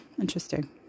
Interesting